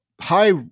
high